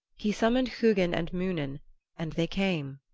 he summoned hugin and munin and they came,